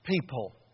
people